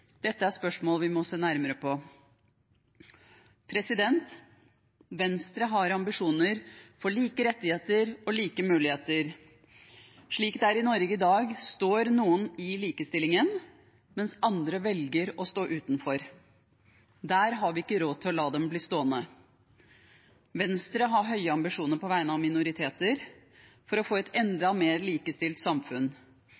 Dette er spørsmål vi må se nærmere på. Venstre har ambisjoner for like rettigheter og like muligheter. Slik det er i Norge i dag, står noen i likestillingen, mens andre velger å stå utenfor. Der har vi ikke råd til å la dem bli stående. Venstre har høye ambisjoner på vegne av minoriteter for å få et